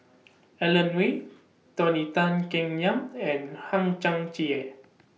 Alan Oei Tony Tan Keng Yam and Hang Chang Chieh